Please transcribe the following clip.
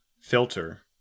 filter